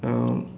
um